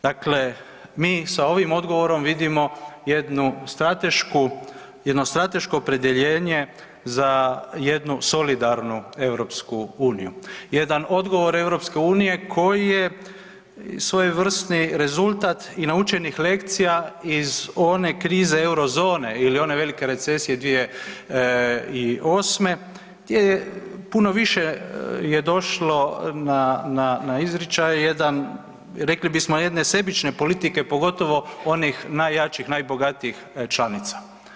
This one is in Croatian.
Dakle, mi sa ovim odgovorom vidimo jedno strateško opredjeljenje za jednu solidarnu EU, jedan odgovor EU koji je svojevrsni rezultat i naučenih lekcija iz one krize Eurozone ili one velike recesije 2008. gdje je puno više došlo na izričaj jedan, rekli bismo jedne sebične politike pogotovo onih najjačih, najbogatijih članica.